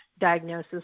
diagnosis